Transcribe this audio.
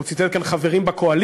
הוא ציטט כאן חברים בקואליציה,